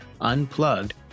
unplugged